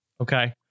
Okay